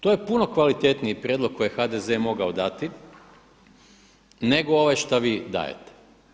To je puno kvalitetniji prijedlog koji je HDZ mogao dati, nego ovaj šta vi dajete.